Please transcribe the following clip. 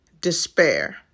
despair